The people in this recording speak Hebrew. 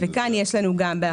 וכאן יש לנו גם באחוזים.